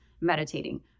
meditating